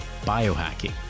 biohacking